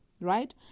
right